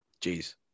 Jeez